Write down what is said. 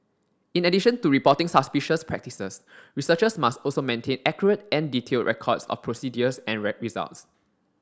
in addition to reporting suspicious practices researchers must also maintain accurate and detailed records of procedures and results